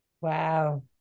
Wow